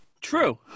True